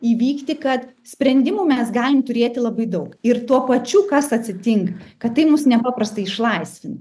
įvykti kad sprendimų mes galim turėti labai daug ir tuo pačiu kas atsitinka kad tai mus nepaprastai išlaisvina